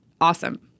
awesome